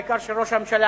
ובעיקר של ראש הממשלה,